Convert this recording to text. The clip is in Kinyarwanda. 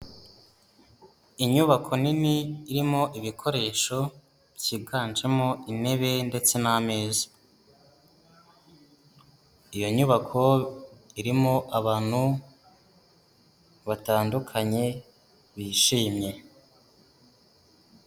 Inyubako nini irimo ibikoresho byiganjemo intebe ndetse n'ameza, iyo nyubako irimo abantu batandukanye bishimye.